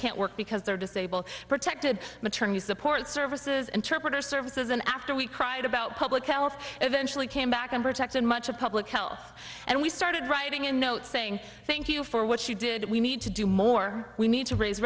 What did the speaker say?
can't work because they're disabled protected maternity support services interpreter services and after we cried about public health eventually came back and protected much of public health and we started writing a note saying thank you for what you did we need to do more we need to raise